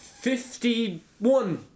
Fifty-one